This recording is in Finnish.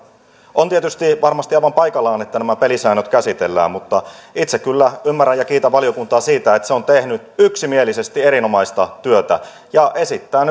on varmasti aivan paikallaan että pelisäännöt käsitellään mutta itse kyllä ymmärrän ja kiitän valiokuntaa siitä että se on tehnyt yksimielisesti erinomaista työtä ja esittää